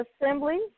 Assembly